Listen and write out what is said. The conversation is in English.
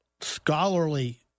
Scholarly